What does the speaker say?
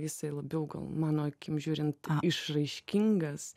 jisai labiau mano akimi žiūrint išraiškingas